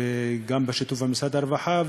וגם בשיתוף עם משרד הרווחה,